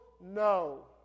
no